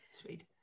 Sweet